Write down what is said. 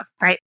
right